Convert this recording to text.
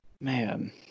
man